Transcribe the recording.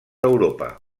europa